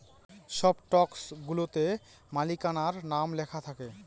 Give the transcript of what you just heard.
সব স্টকগুলাতে মালিকানার নাম লেখা থাকে